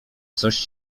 coś